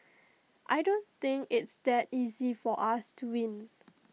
I don't think it's that easy for us to win